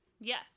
yes